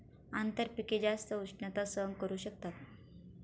आंतरपिके जास्त उष्णता सहन करू शकतात